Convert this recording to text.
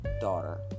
daughter